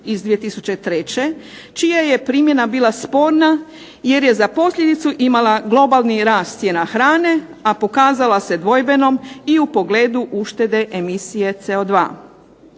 iz 2003. čija je primjena bila sporna jer je za posljedicu imala globalni rast cijena hrane, a pokazala se dvojbenom u pogledu uštede emisije CO2.